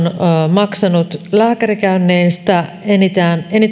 maksanut lääkärikäynneistä enintään